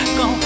go